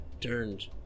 turned